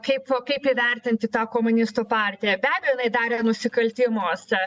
kaip kaip įvertinti tą komunistų partiją be abejo jinai darė nusikaltimus